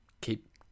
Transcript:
keep